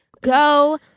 Go